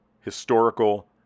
historical